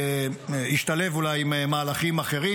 ישתלב אולי עם מהלכים אחרים.